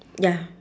ya